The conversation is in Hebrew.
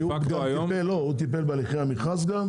מסכימים?